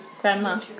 grandma